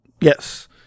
Yes